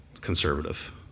conservative